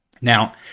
Now